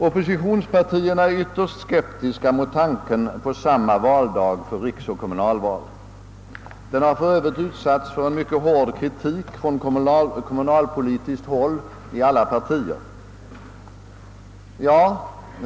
Oppositionspartierna är ytterst skeptiska mot tanken på gemensam valdag för riksoch kommunalval. Den har för övrigt på det kommunalpolitiska planet utsatts för en mycket hård kritik av alla partier.